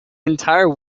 entire